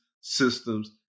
systems